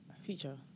Future